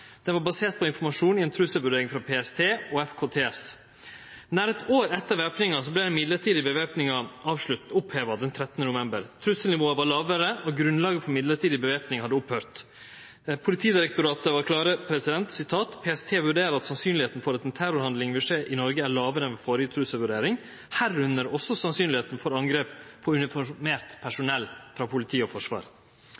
den mellombelse væpninga oppheva, den 13. november. Trusselnivået var lågare, og grunnlaget for mellombels væpning hadde teke slutt. Politidirektoratet var klar: «PST vurderer at sannsynligheten for at en terrorhandling vil skje i Norge er lavere enn ved forrige trusselvurdering, herunder også sannsynligheten for angrep på uniformert personell fra politi og forsvar.»